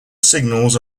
signals